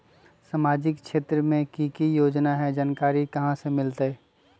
सामाजिक क्षेत्र मे कि की योजना है जानकारी कहाँ से मिलतै?